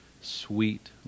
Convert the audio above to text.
sweet